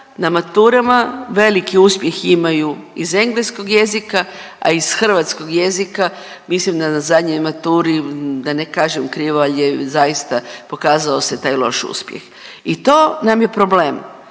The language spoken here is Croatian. na maturama veliki uspjeh imaju iz engleskog jezika, a iz hrvatskog jezika mislim da na zadnjoj maturi da ne kažem krivo, al je zaista pokazao se taj loš uspjeh i to nam je problem.